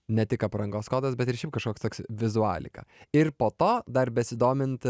ne tik aprangos kodas bet kažkoks toks vizualika ir po to dar besidomint